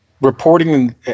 reporting